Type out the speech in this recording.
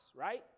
right